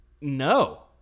no